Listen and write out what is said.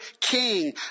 king